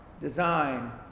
design